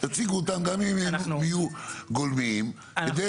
תציגו אותם גם אם הם יהיו גולמיים כדי